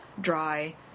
dry